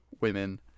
women